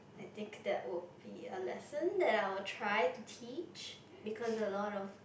I think that would be a lesson that I would try to teach because a lot of